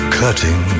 cutting